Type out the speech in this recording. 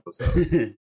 episode